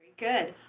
good.